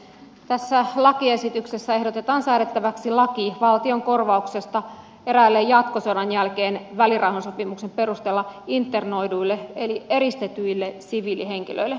tässä lakiesityksessä ehdotetaan säädettäväksi laki valtion korvauksesta eräille jatkosodan jälkeen välirauhansopimuksen perusteella internoiduille eli eristetyille siviilihenkilöille